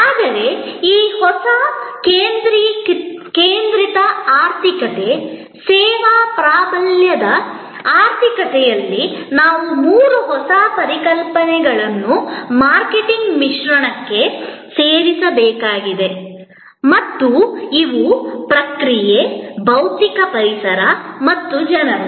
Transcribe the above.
ಆದರೆ ಈ ಹೊಸ ಸೇವಾ ಕೇಂದ್ರಿತ ಆರ್ಥಿಕತೆ ಸೇವಾ ಪ್ರಾಬಲ್ಯದ ಆರ್ಥಿಕತೆಯಲ್ಲಿ ನಾವು ಮೂರು ಹೊಸ ಪರಿಕಲ್ಪನೆಗಳನ್ನು ಮಾರ್ಕೆಟಿಂಗ್ ಮಿಶ್ರಣಕ್ಕೆ ಸೇರಿಸಬೇಕಾಗಿದೆ ಮತ್ತು ಇವು ಪ್ರಕ್ರಿಯೆ ಭೌತಿಕ ಪರಿಸರ ಮತ್ತು ಜನರು